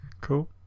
Cool